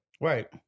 Right